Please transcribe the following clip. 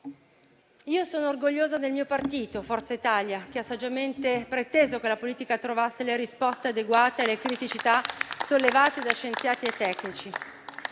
Sono orgogliosa del mio partito, Forza Italia, che ha saggiamente preteso che la politica trovasse risposte adeguate alle criticità sollevate da scienziati e tecnici.